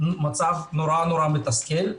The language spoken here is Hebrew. מצב מאוד מתסכל.